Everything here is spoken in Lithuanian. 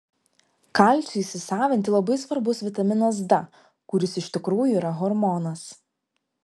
kalciui įsisavinti labai svarbus vitaminas d kuris iš tikrųjų yra hormonas